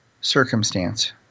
circumstance